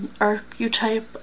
archetype